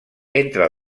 entre